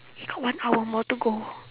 got one hour more to go